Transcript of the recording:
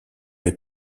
les